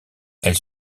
elle